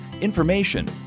information